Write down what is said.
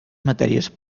matèries